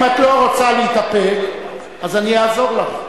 אם את לא רוצה להתאפק, אז אני אעזור לך.